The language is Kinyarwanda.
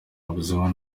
ubuzima